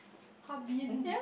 Harbin